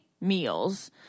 meals